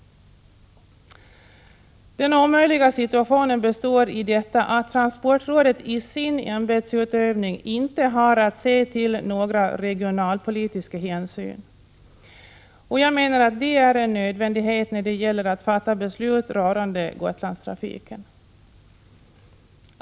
Den omöjliga situationen består i att transportrådet i sin ämbetsutövning inte har att ta några regionalpolitiska hänsyn. Jag menar att det är en nödvändighet att ta sådana hänsyn när det gäller att fatta beslut rörande Gotlandstrafiken.